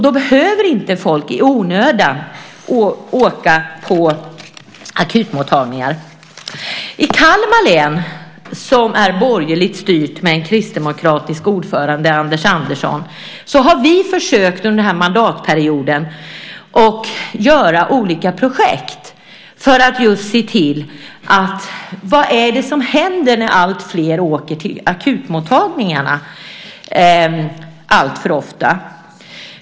Då behöver inte folk i onödan åka till akutmottagningar. I Kalmar län, som är borgerligt styrt med en kristdemokratisk ordförande, Anders Andersson, har vi under den här mandatperioden försökt att genom olika projekt just se vad det är som händer när alltfler åker till akutmottagningarna alltför ofta.